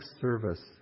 service